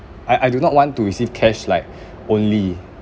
I I do not want to receive cash like only